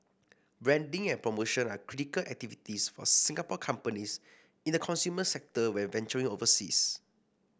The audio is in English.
branding and promotion are critical activities for Singapore companies in the consumer sector when venturing overseas